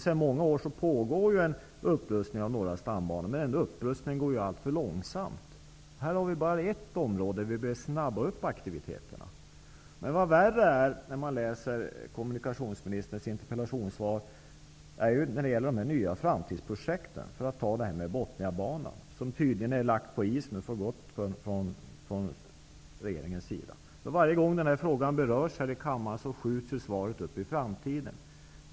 Sedan många år pågår en upprustning av norra stambanan, men den upprustningen går alltför långsamt. Detta är bara ett område där aktiviteten behöver påskyndas. Men värre är, vilket man ser när man läser kommunikationsministerns interpellationssvar, vad som sker när det gäller dessa nya framtidsprojekt. Man kan som exempel ta Botniabanan, som regeringen nu tydligen har lagt på is för gott. Varje gång den frågan berörs här i kammaren, skjuts svaret på framtiden.